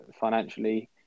financially